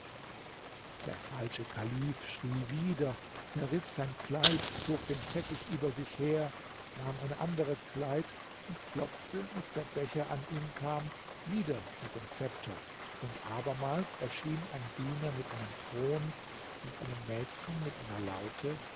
der falsche kalif schrie wieder zerriß sein kleid zog den teppich über sich her nahm ein anderes kleid und klopfte als der becher an ihn kam wieder mit dem zepter und abermals erschien ein diener mit einem thron und einem mädchen mit einer laute